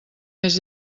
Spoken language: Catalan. més